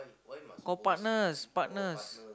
got partners partners